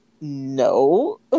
no